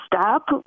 stop